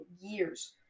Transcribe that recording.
years